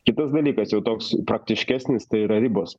kitas dalykas jau toks praktiškesnis tai yra ribos